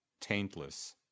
taintless